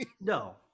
No